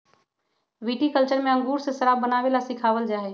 viticulture में अंगूर से शराब बनावे ला सिखावल जाहई